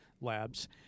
Labs